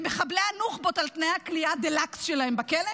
למחבלי הנוח'בות על תנאי הכליאה דה-לוקס שלהם בכלא,